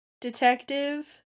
detective